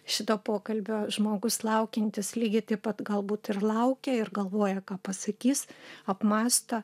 šito pokalbio žmogus laukiantis lygiai taip pat galbūt ir laukia ir galvoja ką pasakys apmąsto